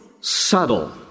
subtle